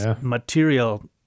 material